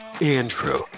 Andrew